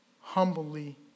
humbly